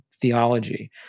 theology